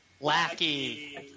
Lackey